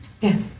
Yes